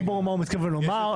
לא ברור מה הוא מתכוון לומר.